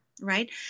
right